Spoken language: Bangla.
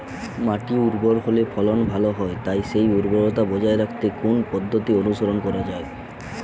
মাটি উর্বর হলে ফলন ভালো হয় তাই সেই উর্বরতা বজায় রাখতে কোন পদ্ধতি অনুসরণ করা যায়?